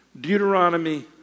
Deuteronomy